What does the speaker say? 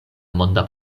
monda